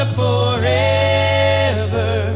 forever